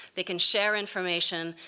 they can share information.